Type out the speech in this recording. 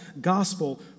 gospel